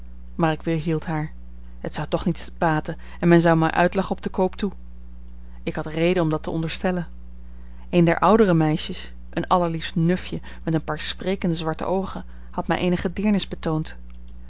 maar ik weerhield haar het zou toch niets baten en men zou mij uitlachen op den koop toe ik had reden om dat te onderstellen een der oudere meisjes een allerliefst nufje met een paar sprekende zwarte oogen had mij eenige deernis betoond